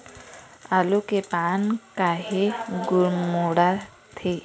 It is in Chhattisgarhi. आलू के पान काहे गुरमुटाथे?